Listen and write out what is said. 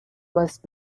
must